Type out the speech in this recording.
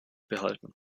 behalten